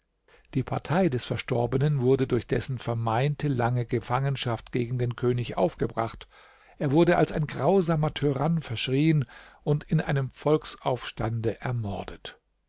die partei des verstorbenen wurde durch dessen vermeinte lange gefangenschaft gegen den könig aufgebracht er wurde als ein grausamer tyrann verschrien und in einem volksaufstande ermordet